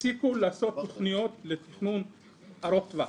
הפסיקו לעשות תוכניות לתכנון ארוך טווח,